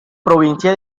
provincia